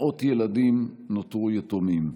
מאות ילדים נותרו יתומים.